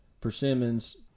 persimmons